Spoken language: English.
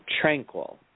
tranquil